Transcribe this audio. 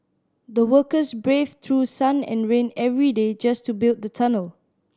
the workers braved through sun and rain every day just to build the tunnel